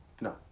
No